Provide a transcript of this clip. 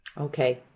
Okay